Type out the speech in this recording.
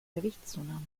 gewichtszunahme